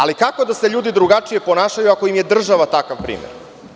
Ali, kako da se ljudi drugačije ponašaju kad im je država takav primer.